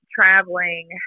traveling